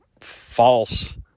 false